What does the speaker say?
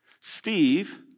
Steve